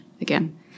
again